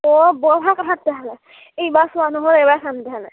অ' বৰ ভাল কথা তেতিয়াহ'লে ইবাৰ চোৱা নহ'ল এইবাৰ চাম তেতিয়াহ'লে